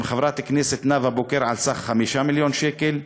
עם חברת הכנסת נאוה בוקר על סך 5 מיליון שקל.